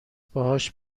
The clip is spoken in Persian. باهاش